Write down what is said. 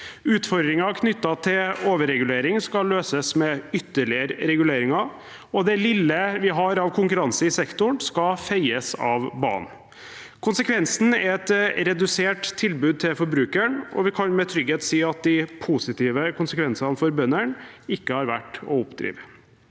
Utfordringen knyttet til overregulering skal løses med ytterligere reguleringer, og det lille vi har av konkurranse i sektoren, skal feies av banen. Konsekvensen er et redusert tilbud til forbrukeren, og vi kan med trygghet si at de positive konsekvensene for bøndene ikke har vært å oppdrive.